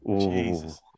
Jesus